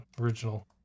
original